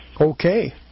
Okay